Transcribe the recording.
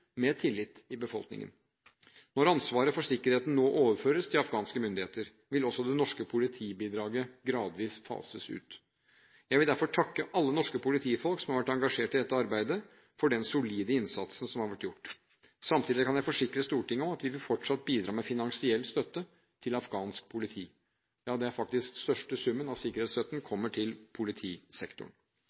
med tillit i befolkningen. Når ansvaret for sikkerheten nå overføres til afghanske myndigheter, vil også det norske politibidraget gradvis fases ut. Jeg vil derfor takke alle norske politifolk som har vært engasjert i dette arbeidet, for den solide innsatsen som har vært gjort. Samtidig kan jeg forsikre Stortinget om at vi fortsatt vil bidra med finansiell støtte til afghansk politi, ja, den største summen av sikkerhetsstøtten kommer faktisk til politisektoren.